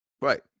Right